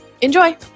Enjoy